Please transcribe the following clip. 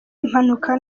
impanuka